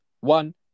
one